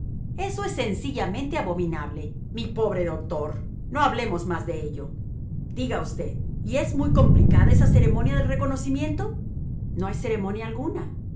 eso es sencillamente abominable mi pobre doctor no hablemos más de ello diga usted y es muy complicada esa ceremonia del reconocimiento no hay ceremonia alguna